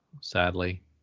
sadly